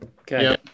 Okay